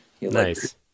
Nice